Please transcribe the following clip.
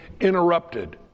interrupted